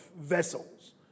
vessels